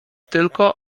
tylko